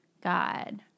God